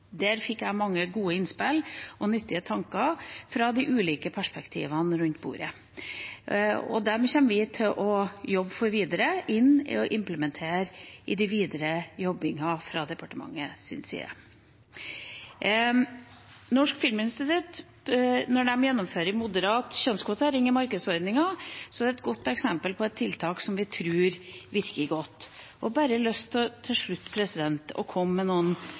Der fikk jeg mange gode innspill og nyttige tanker fra de ulike perspektivene rundt bordet. Dem kommer vi til å jobbe videre med og implementere i den videre jobbingen fra departementets side. Når Norsk filminstitutt gjennomfører moderat kjønnskvotering i markedsordninger, er det et godt eksempel på tiltak vi tror virker godt. Jeg har bare lyst til slutt å komme med noen